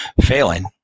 failing